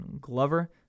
Glover